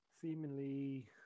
seemingly